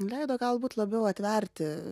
leido galbūt labiau atverti